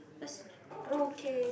that's pretty good